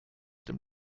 dem